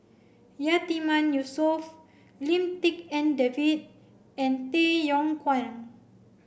Yatiman Yusof Lim Tik En David and Tay Yong Kwang